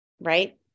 right